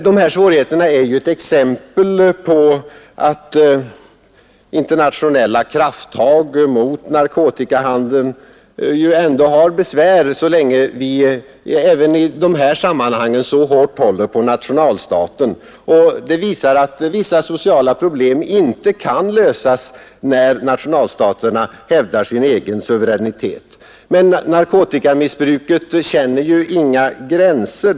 Dessa svårigheter är ju ett exempel på att internationella krafttag mot narkotikahandeln är besvärliga att ta så länge vi även i det här sammanhanget hårt håller på nationalstaten. Det visar att vissa sociala problem inte kan lösas, när nationalstaterna hävdar sin egen suveränitet. Narkotikamissbruket känner inga gränser.